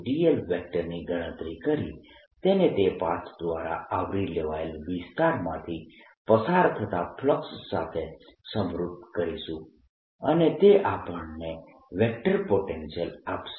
dl ની ગણતરી કરી તેને તે પાથ દ્વારા આવરી લેવાયેલ વિસ્તારમાંથી પસાર થતા ફ્લક્સ સાથે સમરૂપ કરીશું અને તે આપણને વેક્ટર પોટેન્શિયલ આપશે